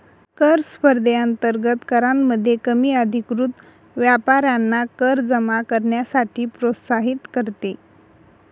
कर स्पर्धेअंतर्गत करामध्ये कमी अधिकृत व्यापाऱ्यांना कर जमा करण्यासाठी प्रोत्साहित करते